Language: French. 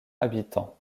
habitants